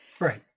right